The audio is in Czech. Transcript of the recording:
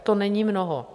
To není mnoho.